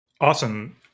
Awesome